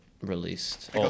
Released